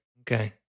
Okay